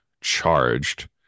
charged